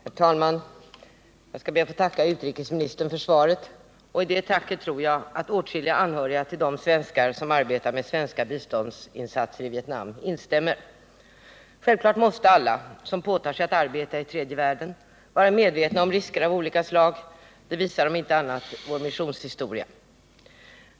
Herr talman! Jag skall be att få tacka utrikesministern för svaret, och i det tacket tror jag att åtskilliga anhöriga till de svenskar som arbetar med svenska biståndsinsatser i Vietnam instämmer. Självfallet måste alla som åtar sig att arbeta i tredje världen vara medvetna om risker av olika slag — det visar om inte annat vår missionshistoria.